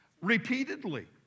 repeatedly